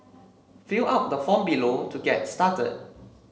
fill out the form below to get started